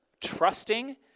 trusting